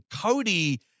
cody